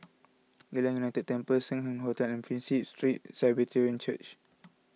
Geylang United Temple Sing Hoe Hotel and Prinsep Street Presbyterian Church